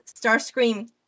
Starscream